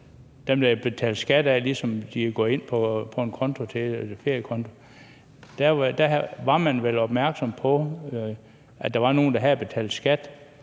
der er betalt skat af, og som også er kommet ind på en feriekonto. Der var man vel opmærksom på, at der var nogle, der havde betalt skat